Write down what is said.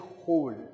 hold